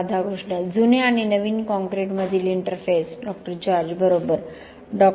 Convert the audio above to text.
राधाकृष्ण जुन्या आणि नवीन कॉंक्रिटमधील इंटरफेस डॉ जॉर्ज बरोबर डॉ